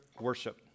worship